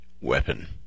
weapon